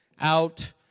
Out